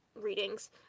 readings